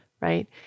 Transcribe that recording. right